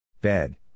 Bed